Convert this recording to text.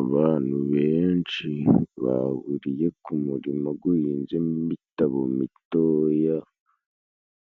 Abantu benshi bahuriye ku murima guhinzemo imitabo mitoya,